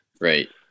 Right